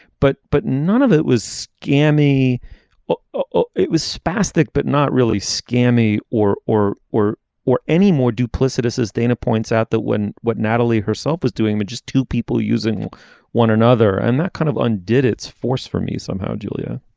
but but none of it was gandhi. well ah it was spastic but not really scampi or or or or any more duplicitous as dana points out that when what natalie herself was doing was but just two people using one another and that kind of undid its force for me somehow julia